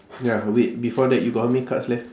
ya wait before that you got how many cards left